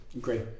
Great